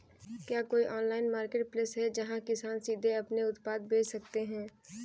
क्या कोई online marketplace है जहाँ किसान सीधे अपने उत्पाद बेच सकते हैं?